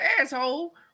asshole